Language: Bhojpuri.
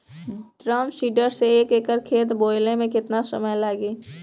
ड्रम सीडर से एक एकड़ खेत बोयले मै कितना समय लागी?